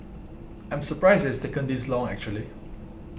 I am surprised it has taken this long actually